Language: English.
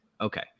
okay